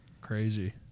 Crazy